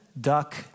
duck